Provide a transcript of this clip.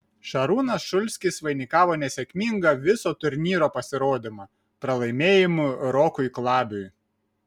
šarūnas šulskis vainikavo nesėkmingą viso turnyro pasirodymą pralaimėjimu rokui klabiui